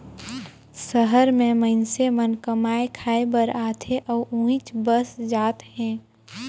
सहर में मईनसे मन कमाए खाये बर आथे अउ उहींच बसत जात हें